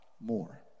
more